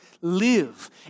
live